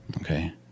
Okay